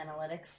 Analytics